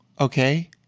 Okay